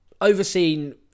overseen